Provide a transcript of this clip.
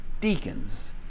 deacons